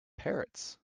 parrots